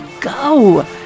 go